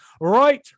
Right